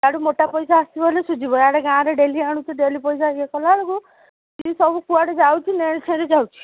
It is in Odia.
ସିଆଡ଼ୁ ମୋଟା ପଇସା ଆସିବ ହେଲେ ସୁଜିବ ଇଆଡ଼େ ଗାଁରେ ଡେଲି ଆଣୁଛେ ଡେଲି ପଇସା ଇଏ କଲା ବେଳକୁ ସିଏ ସବୁ କୁଆଡ଼େ ଯାଉଛି ନେଳି ଖେଳି ଯାଉଛି